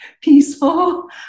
peaceful